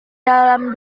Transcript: dalam